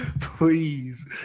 Please